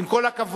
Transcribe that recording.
עם כל הכבוד,